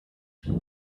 keinen